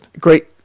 Great